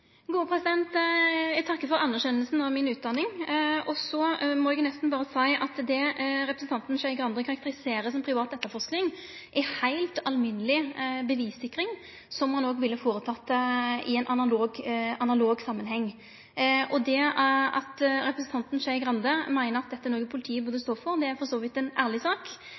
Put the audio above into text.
for anerkjenninga av utdanninga mi. Så må eg nesten berre seie at det representanten Skei Grande karakteriserer som privat etterforsking, er heilt alminneleg bevissikring som ein òg ville ha føreteke i ein analog samanheng. At representanten Skei Grande meiner at dette er noko politiet burde stå for, er for så vidt ei ærleg sak,